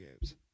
games